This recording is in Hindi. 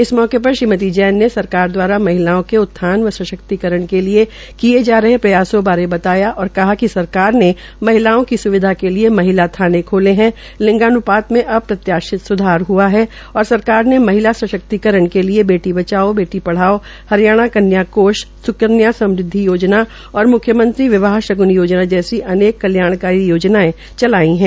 इस मौके पर श्रीमति जैन ने सरकार द्वारा महिलाओं के उत्थान व सशक्तिकरण के लिए किये जा रहे प्रयासो बारे बताया और कहा कि सरकार ने महिलाओं की सुविधा के लिए महिला थाने खोले है लिंगान्पात में अप्रत्याशित स्धार हआ है और सरकार ने महिला सशक्तिकरण के लिए बेटी बचाओ बेटी पढ़ाओ हरियाणा कन्या कोष स्कन्या समृद्वि योजना ओर मुख्यमंत्री विवाह शग्ण योजना जैसी अनेक कल्याणकारी योजनाओं चलाई है